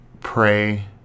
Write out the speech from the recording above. pray